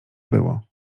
było